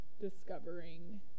discovering